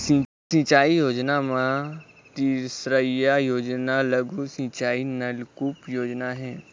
सिंचई योजना म तीसरइया योजना लघु सिंचई नलकुप योजना हे